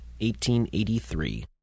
1883